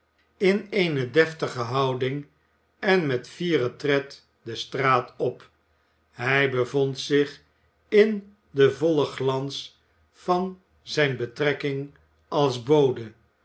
in eene deftige houding en met fieren tred de straat op hij bevond zich in den vollen glans van zijne betrekking als bode